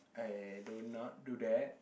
I do not do that